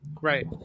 Right